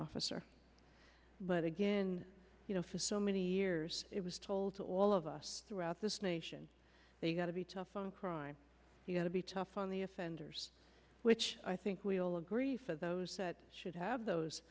officer but again you know for so many years it was told to all of us throughout this nation they got to be tough on crime you got to be tough on the offenders which i think we all agree for those that have those